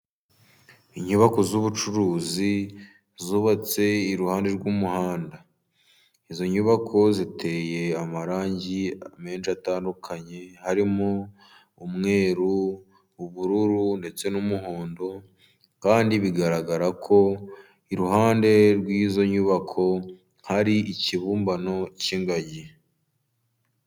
Inyubako z'ubucuruzi zubatse iruhande rw'umuhanda izo nyubako ziteye amarangi menshi atandukanye harimo umweru ,ubururu ndetse n'umuhondo kandi bigaragara ko iruhande rw'izo nyubako hari ikibumbano cy'ingagi.